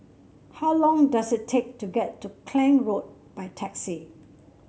how long does it take to get to Klang Road by taxi